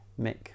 Mick